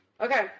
Okay